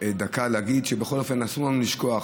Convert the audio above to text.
דקה להגיד שבכל אופן אסור לנו לשכוח,